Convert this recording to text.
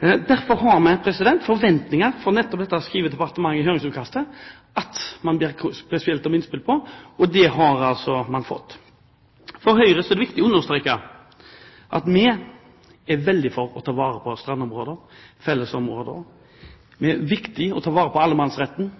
Derfor har vi forventninger, for nettopp dette skriver departementet i høringsutkastet at man spesielt ber om innspill til, og det har man fått. For Høyre er det viktig å understreke at vi er veldig for å ta vare på strandområder og fellesområder. Det er viktig å ta vare på allemannsretten